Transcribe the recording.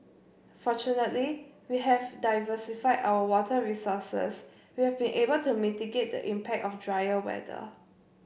fortunately we have diversified our water resources we have been able to mitigate the impact of drier weather